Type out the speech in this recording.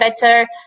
better